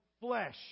flesh